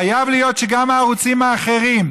חייב להיות גם לערוצים האחרים,